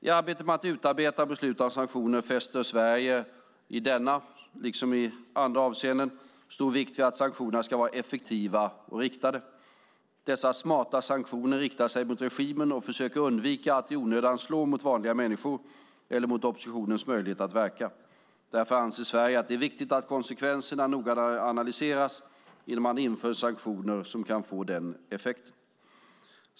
I arbetet med att utarbeta och besluta om sanktioner fäster Sverige, i denna fråga liksom i andra, stor vikt vid att sanktionerna ska vara effektiva och riktade. Dessa smarta sanktioner riktar sig mot regimen och försöker undvika att i onödan slå mot vanliga människor eller mot oppositionens möjligheter att verka. Därför anser Sverige att det är viktigt att konsekvenserna noga analyseras innan man inför sanktioner som kan få den effekten.